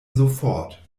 sofort